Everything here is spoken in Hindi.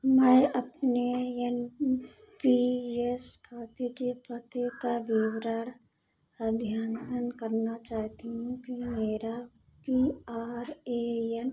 मैं अपने एन पी एस खाते के पते का विवरण अध्ययन करना चाह ती हूँ मेरा आर ए एन